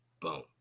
Boom